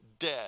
Dead